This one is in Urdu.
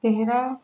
تیرہ